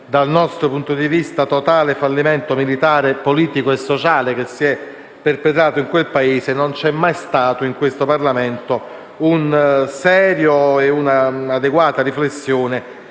dal nostro punto di vista - fallimento militare, politico e sociale che si è perpetrato in quel Paese, non c'è mai stata in questo Parlamento una seria e adeguata riflessione